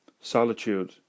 solitude